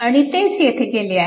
आणि तेच येथे केले आहे